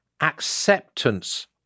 acceptance